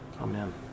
Amen